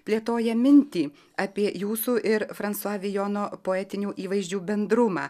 plėtoja mintį apie jūsų ir fransua vijono poetinių įvaizdžių bendrumą